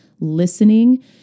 listening